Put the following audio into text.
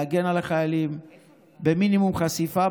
להגן על החיילים במינימום חשיפה.